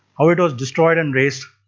how it was destroyed and raised